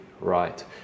right